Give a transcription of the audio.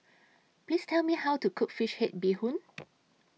Please Tell Me How to Cook Fish Head Bee Hoon